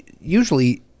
usually